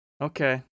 okay